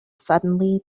suddenly